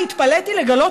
אני התפלאתי לגלות,